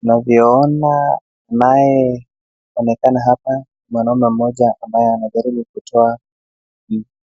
Tunavyoona anayeonekana hapa ni mwanamume mmoja ambaye anajaribu kutoa